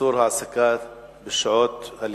(איסור העסקה בשעות הלימודים),